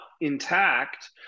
intact